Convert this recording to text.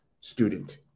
student